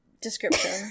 description